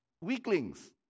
weaklings